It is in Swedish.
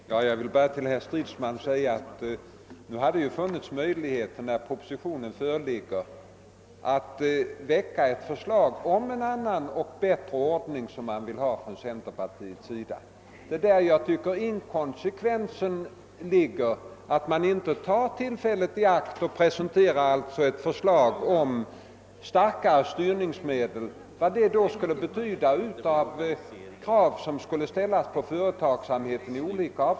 Herr talman! Jag vill bara säga till Stridsman att det när propositionen förelåg hade funnits möjligheter för centerpartiet att framlägga förslag om en annan och bättre ordning. Det är egendomligt att man inte tog tillfället i akt och presenterade ett förslag om starkare styrningsmedel samt redogjorde för vilka krav som i olika avseenden skulle ställas på företagsamheten.